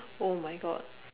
oh my god